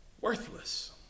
worthless